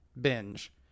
binge